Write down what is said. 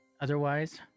otherwise